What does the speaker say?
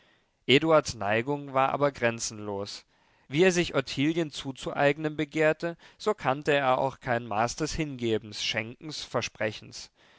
eduards neigung war aber grenzenlos wie er sich ottilien zuzueignen begehrte so kannte er auch kein maß des hingebens schenkens versprechens